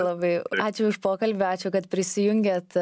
labai ačiū už pokalbį ačiū kad prisijungėt